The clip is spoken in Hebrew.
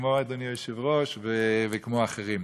כמו אדוני היושב-ראש וכמו אחרים.